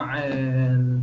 ברשותך, נבקש ממך לואי לקצר מעט,